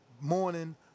Morning